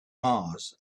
mars